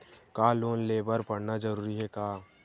का लोन ले बर पढ़ना जरूरी हे का?